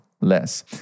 less